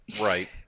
right